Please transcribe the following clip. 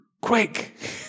quick